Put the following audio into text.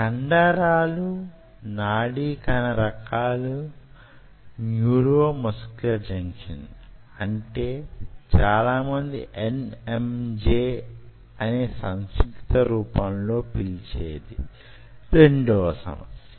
కండరాలు నాడీ కణ రకాలు న్యూరో మస్కులర్ జంక్షన్ అంటే చాలా మంది NMJ అనే సంక్షిప్త రూపంలో పిలిచేది రెండవ సమస్య